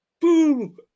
boom